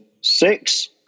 six